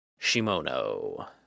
Shimono